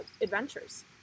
adventures